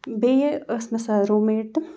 بیٚیہِ ٲس مےٚ سۄ روٗم میٹ تہٕ